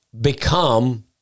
become